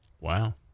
Wow